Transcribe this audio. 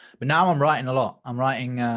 but now i'm writing a lot i'm writing.